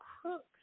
Crooks